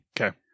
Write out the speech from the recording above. Okay